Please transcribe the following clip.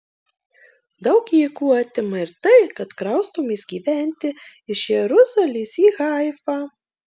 daug jėgų atima ir tai kad kraustomės gyventi iš jeruzalės į haifą